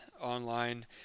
online